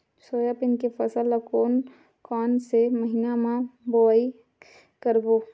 Soybean के फसल ल कोन कौन से महीना म बोआई करबो?